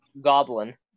Goblin